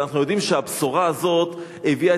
אבל אנחנו יודעים שהבשורה הזאת הביאה